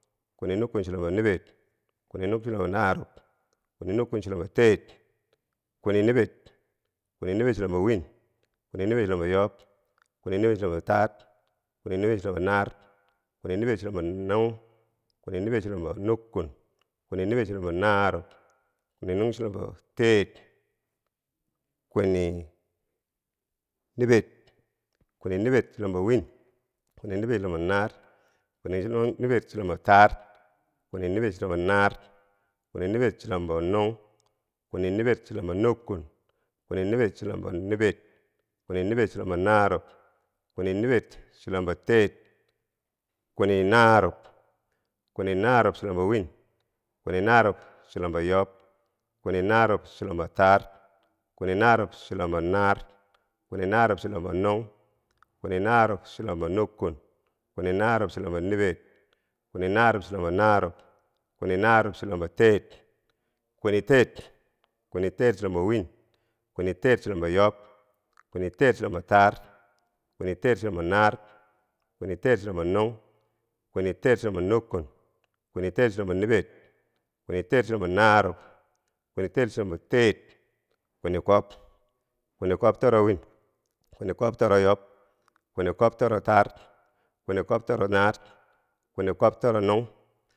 kwini nukkun chulombo niber, kwini nukkun chulombo naar, kwini nukkun chulombo teer, kwini niber, kwini niber chulombo win. kwini niber chulombo yob, kwini niber chulombo taar, kwini niber chulombo naar, kwini niber chulombo n- nung, kwini niber chulombo nukkun, kwini niber chulombo narub naar, kwini nung chulombo teer, kwini niber, kwini niber chulombo win, kwini niber chulombo naar, kwini nibber chulombo taar, kwini niber chulombo naar, kwini niber chulombo nung, kwini niber chulombo nukkun, kwini nibber chulombo niber, kwini niber chulombo naar, kwini niber chulombo teer. kwini narub, kwini narub chulombo wiin, kwini narub chulombo yob, kwini narub chulombo taar, kwini narub chulombo naar, kwini narub chulombo nung, kwini narub chulombo nukkun, kwini narub chulombo niber, kwini narub chulombo narub, kwini narub chulombo teer. kwini teer, kwini teer chulombo win, kwini teer chulombo yob, kwini teer chulombo taar, kwini teer chulombo naar, kwini teer chulombo nung, kwini teer chulombo nukkun, kwini teer chulombo nibber, kwini teer chulombo narub, kwini teer chulombo teer, kwini kwob. kwini kwob toro wiin, kwini kwob toro yob, kwini kwob toro taar, kwini kwob toro naar, kwini kwob toro nung,